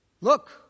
look